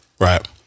Right